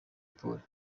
polly